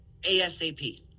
ASAP